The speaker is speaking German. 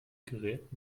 gerät